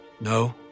No